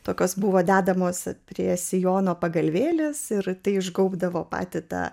tokios buvo dedamos prie sijono pagalvėlės ir išgaubdavo patį tą